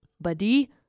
Buddy